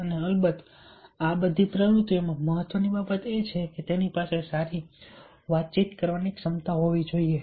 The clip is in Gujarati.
અને અલબત્ત આ બધી પ્રવૃત્તિઓમાં મહત્વની બાબત એ છે કે તેની પાસે સારી વાતચીત કરવાની ક્ષમતા હોવી જોઈએ